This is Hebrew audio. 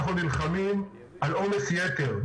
אנחנו נלחמים על עומס יתר,